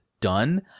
done